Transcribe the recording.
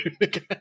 again